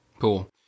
Cool